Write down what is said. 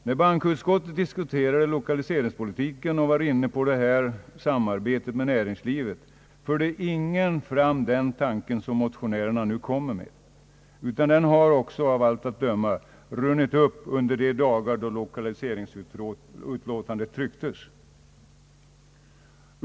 När bankoutskottet diskuterade lokaliseringspolitiken och var inne på samarbetet med näringslivet förde ingen fram den tanke som motionärerna nu kommer med, utan den har av allt att döma »runnit upp» under de dagar då utskottsutlåtandet om lokaliseringspolitiken trycktes.